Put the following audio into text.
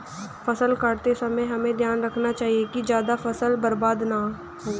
फसल काटते समय हमें ध्यान रखना चाहिए कि ज्यादा फसल बर्बाद न हो